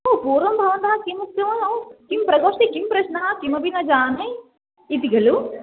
ओ पूर्वं भवतः किम् उक्तवान् किं प्रकोष्ठे किं प्रश्नः किमपि न जाने इति खलु